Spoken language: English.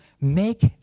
make